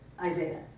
Isaiah